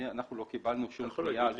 אנחנו לא קיבלנו שום פנייה לגבי האגרה.